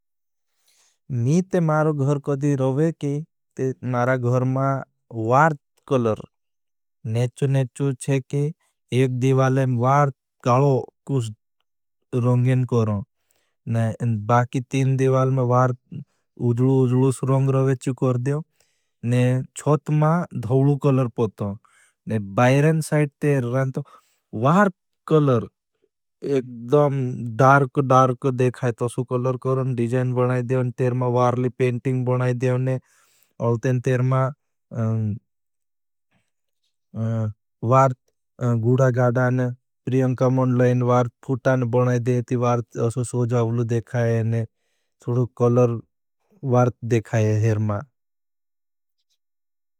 मी ते मारो गहर कदी रोवे की, मारा गहर माँ वार्थ कलर नेचु नेचु छे की एक दिवालें वार्थ कालो कुछ रोंगिन कोरों। बाकी तीन दिवाल मां वार्थ उजलू उजलू से रोंग रोवेची कोर देओ। च्छोत मां धवलू कलर पोतों। वार्थ कलर एकदम डार्क डार्क देखाये तो सो कलर करों। डिजाइन बनाये देओ, तेर मां वार्ली पेंटिंग बनाये देओ। अल तें तेर मां वार्थ गुड़ा गाड़ान, प्रियंका मौन लाइन वार्थ फुटान बनाये देओ। प्रियंका मौन वार्थ गुड़ान, प्रियंका मौन वार्थ फुटान बनाये देओ।